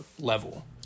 level